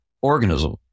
organism